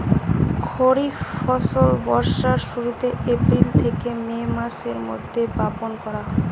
খরিফ ফসল বর্ষার শুরুতে, এপ্রিল থেকে মে মাসের মধ্যে বপন করা হয়